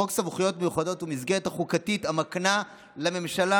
חוק סמכויות מיוחדות הוא מסגרת חקיקתית המקנה לממשלה